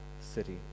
city